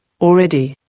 already